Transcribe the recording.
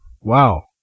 wow